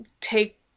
take